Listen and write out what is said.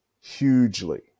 hugely